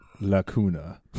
Lacuna